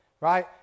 Right